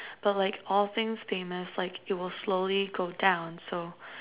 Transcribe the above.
but like all things famous like you will slowly go down also